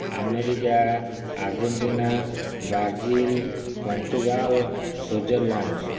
America Argentina Brazil Portugal Switzerland